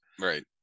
right